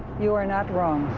you are not wrong.